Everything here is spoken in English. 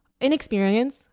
Inexperience